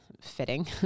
fitting